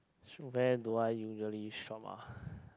where do I usually shop ah